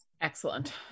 Excellent